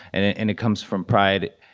and it and it comes from pride.